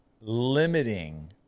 limiting